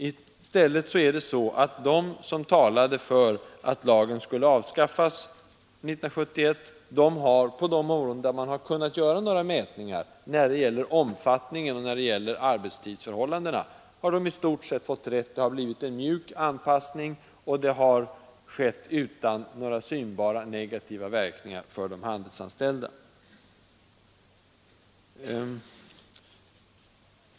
I stället har de, som 1971 talade för att lagen skulle avskaffas, i stort sett fått rätt på de områden där man kunnat göra några mätningar: när det gäller omfattningen och när det gäller arbetstidsförhållandena. Det har blivit en mjuk anpassning och den har skett utan några synbara negativa verkningar för de handelsanställda.